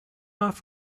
off